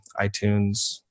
iTunes